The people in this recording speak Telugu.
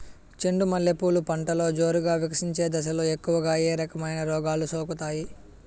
చెండు మల్లె పూలు పంటలో జోరుగా వికసించే దశలో ఎక్కువగా ఏ రకమైన రోగాలు సోకుతాయి?